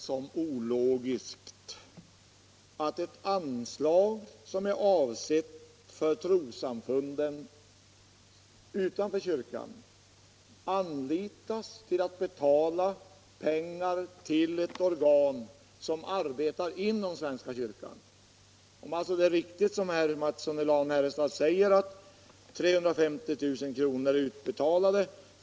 Herr talman! Jag uppfattar det som ologiskt att ett anslag avsett för trossamfunden utanför svenska kyrkan används för utbetalning av pengar till ett organ som arbetar inom svenska kyrkan. Om det är riktigt, som herr Mattsson i Lane-Herrestad säger, att 350 000 kr.